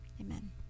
Amen